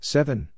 Seven